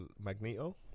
Magneto